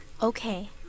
Okay